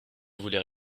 voulait